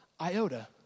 iota